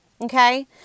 Okay